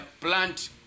plant